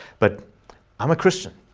but i'm a christian.